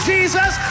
Jesus